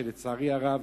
שלצערי הרב